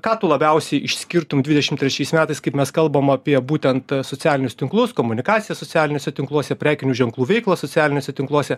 ką tu labiausiai išskirtum dvidešimt trečiais metais kaip mes kalbam apie būtent socialinius tinklus komunikaciją socialiniuose tinkluose prekinių ženklų veiklą socialiniuose tinkluose